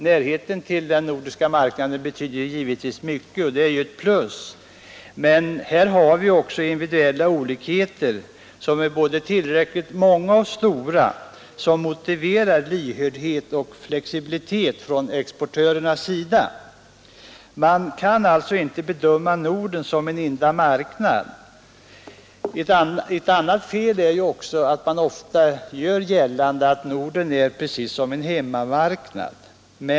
Närheten till den nordiska marknaden är naturligtvis ett plus, men vi har också individuella olikheter som är tillräckligt många och stora för att motivera lyhördhet och flexibilitet hos exportörerna. Man kan alltså inte bedöma Norden som en enda marknad. Nr 56 Ett vanligt fel är också att man gör gällande att Norden är precis som Torsdagen den en hemmamarknad.